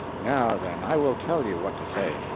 now then, i will tell you what to say.